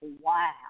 wow